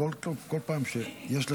ובהן חברות גלובליות המספקות שירותים דיגיטליים